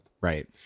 Right